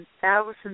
thousands